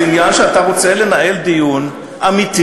זה עניין שאתה רוצה לנהל דיון אמיתי,